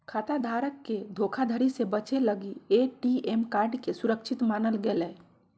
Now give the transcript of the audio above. खाता धारक के धोखाधड़ी से बचे लगी ए.टी.एम कार्ड के सुरक्षित मानल गेलय